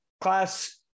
class